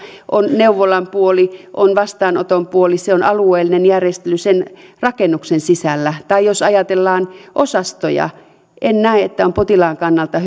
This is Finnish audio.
on neuvolan puoli on vastaanoton puoli se on alueellinen järjestely sen rakennuksen sisällä tai jos ajatellaan osastoja en näe että on potilaan kannalta